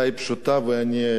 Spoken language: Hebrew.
ואני אחזור לזה,